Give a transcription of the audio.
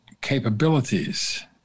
capabilities